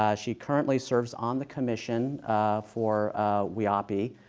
um she currently serves on the commission for whiaapi,